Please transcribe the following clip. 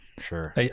Sure